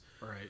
right